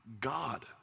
God